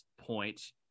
point